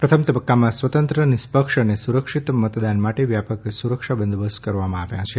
પ્રથમ તબક્કામાં સ્વતંત્ર નિષ્પક્ષ અને સુરક્ષિત મતદાન માટે વ્યાપક સુરક્ષા બંદોબસ્ત કરાયા છે